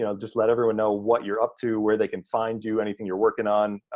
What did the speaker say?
you know just let everyone know what you're up to, where they can find you, anything you're working on.